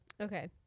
Okay